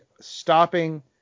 stopping